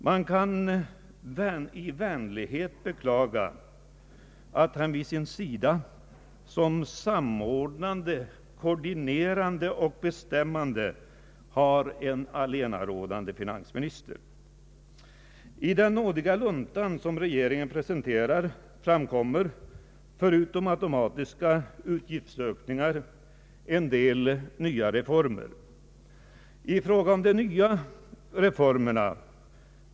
Man kan vänligt beklaga att han vid sin sida som koordinerande och bestämmande har en allenarådande finansminister. I den ”nådiga lunta” som regeringen presenterat förekommer, förutom automatiska utgiftsökningar, en del nya reformer.